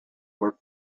were